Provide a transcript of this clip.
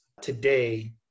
today